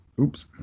Oops